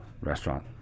restaurant